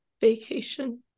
vacation